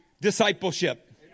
discipleship